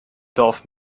dorf